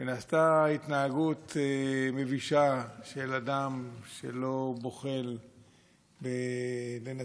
ונעשתה התנהגות מבישה של אדם שלא בוחל ומנצל